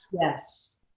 Yes